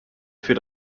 für